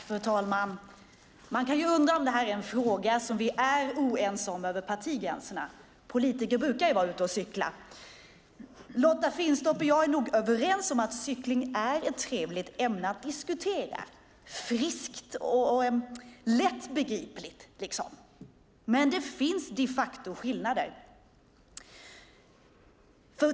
Fru talman! Man kan ju undra om det här är en fråga som vi är oense om över partigränserna. Politiker brukar ju vara ute och cykla. Lotta Finstorp och jag är överens om att cykling är ett trevligt ämne att diskutera - friskt och lättbegripligt. Men det finns de facto skillnader.